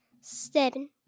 Seven